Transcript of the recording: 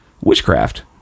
witchcraft